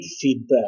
feedback